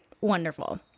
Wonderful